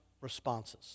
responses